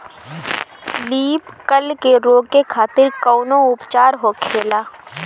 Leaf curl के रोके खातिर कउन उपचार होखेला?